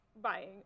buying